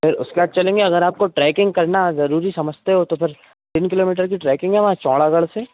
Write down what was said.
फिर उसके बाद चलेंगे अगर आपको ट्रैकिंग करना ज़रूरी समझते हो तो फिर तीन किलोमीटर की ट्रैकिंग है वहाँ चौंड़ागढ़ से